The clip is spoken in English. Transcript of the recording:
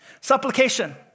supplication